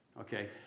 Okay